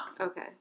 Okay